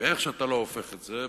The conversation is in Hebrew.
איך שאתה לא הופך את זה,